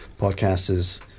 podcast—is